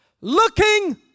looking